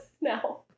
Now